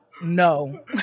No